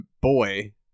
boy